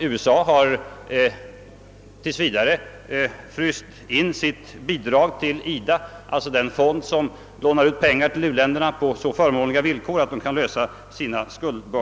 USA har tills vidare låtit sitt bidrag till IDA — alltså den fond som lånar ut pengar till u-länderna på så förmånliga villkor — frysa inne.